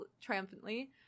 triumphantly